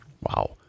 wow